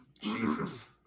Jesus